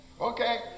Okay